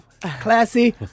Classy